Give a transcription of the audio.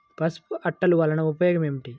పసుపు అట్టలు వలన ఉపయోగం ఏమిటి?